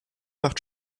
macht